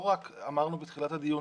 אמרנו בתחילת הדיון